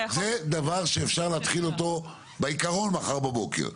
זה דבר שאפשר להתחיל אותו מחר בבוקר,